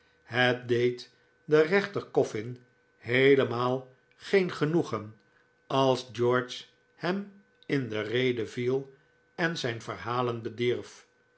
het deed den rechter coffin heelemaal geen genoegen als georgy hem in de rede viel en zijn verhalen bedierf